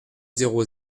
zéro